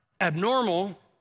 abnormal